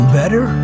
better